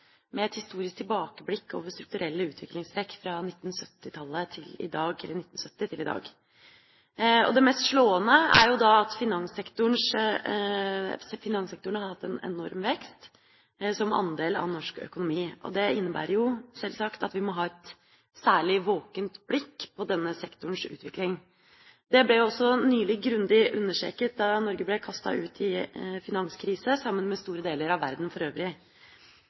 med et nytt kapittel i år med et historisk tilbakeblikk på strukturelle utviklingstrekk fra 1970 til i dag. Det mest slående er at finanssektoren har hatt en enorm vekst som andel av norsk økonomi. Det innebærer jo selvsagt at vi må ha et særlig våkent blikk på denne sektorens utvikling. Det ble jo også nylig grundig understreket da Norge ble kastet ut i en finanskrise sammen med store deler av verden for øvrig.